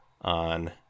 on